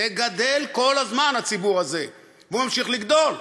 זה גדל כל הזמן, הציבור הזה, והוא ממשיך לגדול.